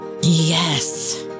Yes